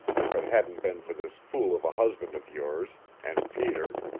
if it hadn't been for this fool of a husband of yours, and peter.